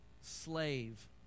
slave